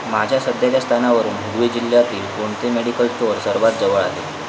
माझ्या सध्याच्या स्थानावरून हुगळी जिल्ह्यातील कोणते मेडिकल स्टोअर सर्वात जवळ आहे